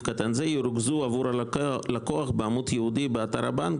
קטן זה ירוכזו עבור הלקוח בעמוד ייעודי באתר הבנק,